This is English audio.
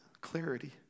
clarity